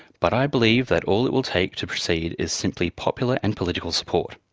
but i believe that all it will take to proceed is simply popular and political support.